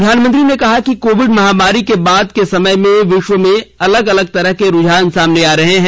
प्रधानमंत्री ने कहा कि कोविड महामारी के बाद के समय में विश्व में अलग अलग तरह के रूझान सामने आ रहे हैं